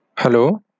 Hello